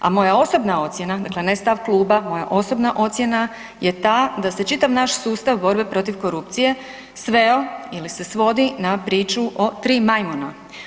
A moja osobna ocjena, dakle ne stav kluba, moja osobna ocjena je ta da se čitav naš sustav borbe protiv korupcije sveo ili se svodi na priču o tri majmuna.